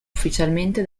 ufficialmente